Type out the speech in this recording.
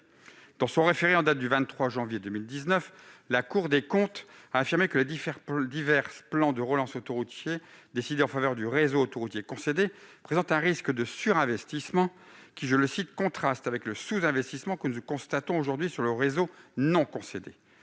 Dans son référé en date du 23 janvier 2019, la Cour des comptes a affirmé que les divers plans de relance autoroutiers décidés en faveur du réseau concédé présentaient un risque de surinvestissement qui contrastait « avec le sous-investissement constaté sur le réseau non concédé